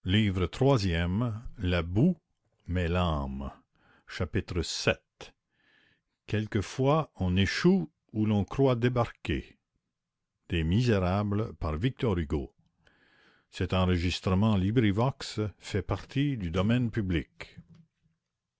fois on échoue où l'on croit débarquer